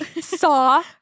saw